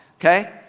Okay